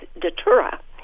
datura